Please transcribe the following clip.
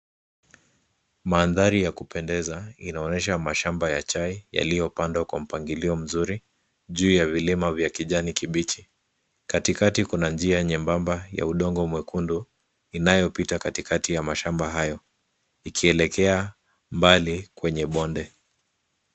Mandhari ya kupendeza, inaonesha mashamba ya chai, yaliyopandwa kwa mpangilio mzuri, juu ya vilima vya kijani kibichi. Katikati kuna njia nyembamba ya udongo mwekundu, inayopita katikati ya mashamba hayo, ikielekea mbali kwenye bonde.